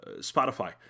Spotify